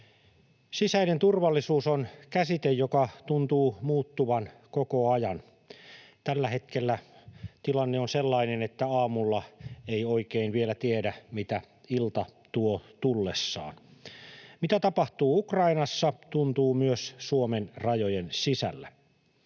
Sisäinen turvallisuus on käsite, joka tuntuu muuttuvan koko ajan. Tällä hetkellä tilanne on sellainen, että aamulla ei oikein vielä tiedä, mitä ilta tuo tullessaan. Mitä tapahtuu Ukrainassa, tuntuu myös Suomen rajojen sisällä.